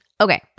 Okay